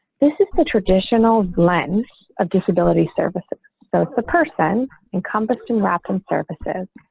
this is the traditional lens of disability services. so it's the person encompassing wraparound services.